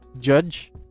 judge